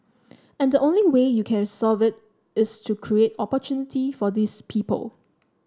and the only way you can solve it is to create opportunity for these people